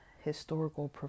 historical